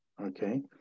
okay